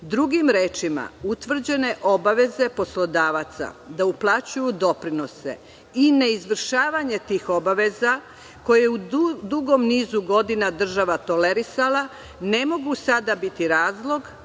Drugim rečima, utvrđene obaveze poslodavaca da uplaćuju doprinose i neizvršavanje tih obaveza, koje je u dugom nizu godina država tolerisala, ne mogu sada biti razlog